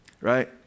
right